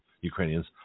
Ukrainians